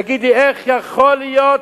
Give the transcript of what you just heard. תגיד לי, איך יכול להיות,